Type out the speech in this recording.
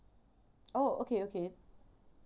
oh okay okay